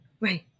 Right